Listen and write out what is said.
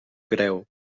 creu